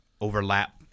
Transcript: overlap